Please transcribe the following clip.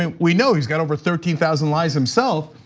and we know he's got over thirteen thousand lies himself,